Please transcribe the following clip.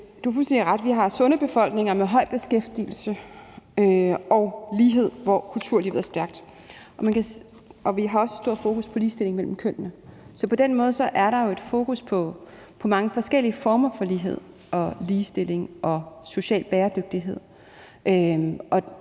Du har fuldstændig ret: Vi har sunde befolkninger med høj beskæftigelse og lighed, og kulturlivet er stærkt, og vi har også stort fokus på ligestilling mellem kønnene. Så på den måde er der jo et fokus på mange forskellige former for lighed, ligestilling og social bæredygtighed.